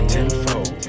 Tenfold